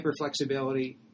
hyperflexibility